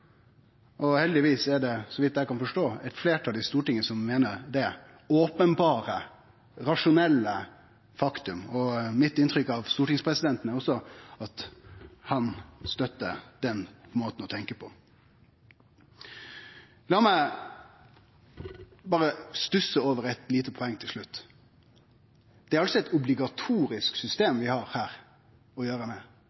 Heldigvis er det, så vidt eg kan forstå, eit fleirtal i Stortinget som meiner dette openberre, rasjonelle faktum. Mitt inntrykk av stortingspresidenten er også at han støttar den måten å tenkje på. La meg berre stusse over eit lite poeng til slutt. Det er altså eit obligatorisk system